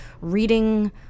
reading